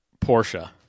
Porsche